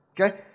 Okay